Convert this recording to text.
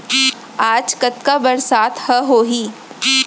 आज कतका बरसात ह होही?